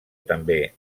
també